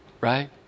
right